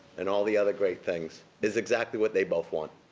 and all the other great things, is exactly what they both want.